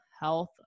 health